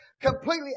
completely